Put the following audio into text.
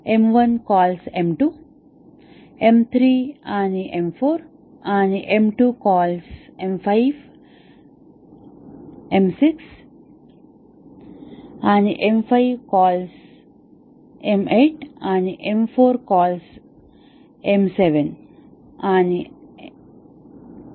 M1 calls M2 M3 आणि M4 आणि M2 calls M5 M6 आणि M5 कॉलस M8 आणि M4 कॉलस M7 आणि M9